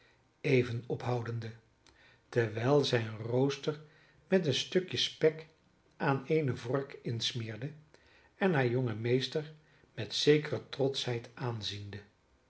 even ophoudende terwijl zij een rooster met een stukje spek aan eene vork insmeerde en haar jonge meester met zekere trotschheid aanziende